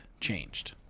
changed